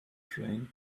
train